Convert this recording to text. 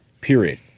period